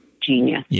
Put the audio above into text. genius